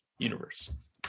universe